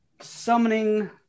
summoning